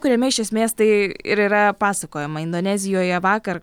kuriame iš esmės tai ir yra pasakojama indonezijoje vakar